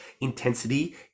intensity